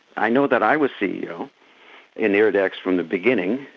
i know that i was ceo in iridex from the beginning,